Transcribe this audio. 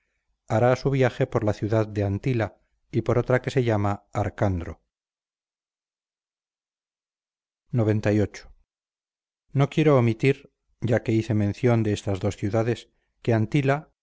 hará su viaje por la ciudad de antila y por otra que se llama arcandro xcviii no quiero omitir ya que hice mención de estas dos ciudades que antila